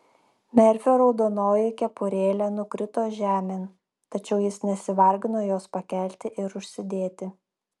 merfio raudonoji kepurėlė nukrito žemėn tačiau jis nesivargino jos pakelti ir užsidėti